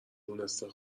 دونسته